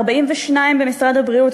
42 במשרד הבריאות,